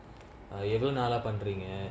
uh எவள நாளா பன்ரிங்க:evala naalaa panringa